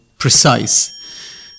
Precise